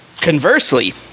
Conversely